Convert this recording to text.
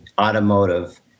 automotive